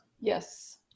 Yes